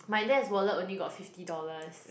my dad's wallet only got fifty dollars